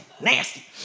Nasty